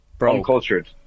uncultured